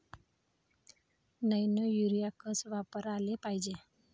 Nano urea कस वापराले पायजे?